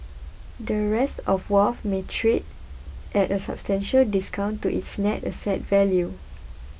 the rest of Wharf may trade at a substantial discount to its net asset value